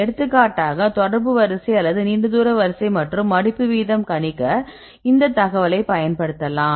எடுத்துக்காட்டாக தொடர்பு வரிசை அல்லது நீண்ட தூர வரிசை மற்றும் மடிப்பு வீதம் கணிக்க அந்த தகவலைப் பயன்படுத்தலாம்